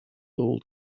old